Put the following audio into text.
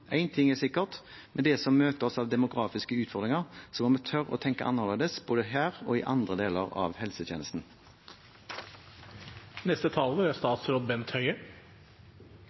ting er sikkert: Med det som møter oss av demografiske utfordringer, må vi tørre å tenke annerledes både her og i andre deler av helsetjenesten.